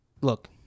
Look